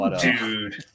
Dude